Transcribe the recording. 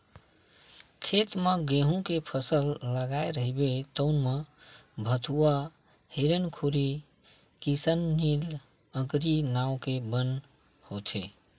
खेत म गहूँ के फसल लगाए रहिबे तउन म भथुवा, हिरनखुरी, किसननील, अकरी नांव के बन होथे